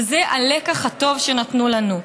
וזה הלקח הטוב שנתנו לנו".